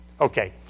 Okay